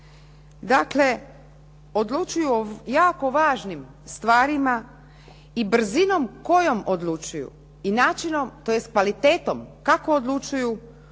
Dakle, odlučuju o jako važnim stvarima i brzinom kojom odlučuju i načinom tj. kvalitetom kako odlučuju oni